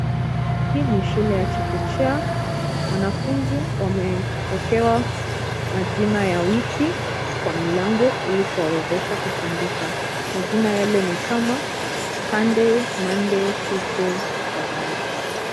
Hii ni shule ya chekechea, wanafunzi wamewekewa majina ya wiki kwa mlango ili kuwawezesha kukumbuka, majina yale ni kama Sunday, Monday, Tuesday na kadhalika.